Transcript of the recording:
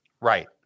Right